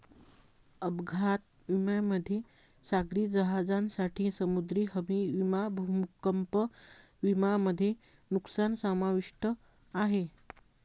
अपघात विम्यामध्ये सागरी जहाजांसाठी समुद्री हमी विमा भूकंप विमा मध्ये नुकसान समाविष्ट आहे